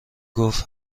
گفت